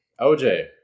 OJ